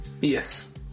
Yes